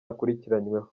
akurikiranyweho